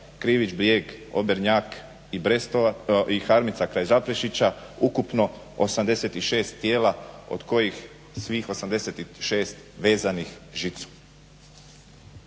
Krivić brijeg, Obernjak i Harmica kraj Zaprešića, ukupno 86 tijela od kojih svih 86 vezanih žicom.